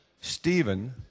Stephen